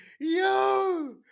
Yo